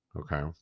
Okay